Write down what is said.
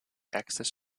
excess